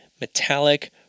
metallic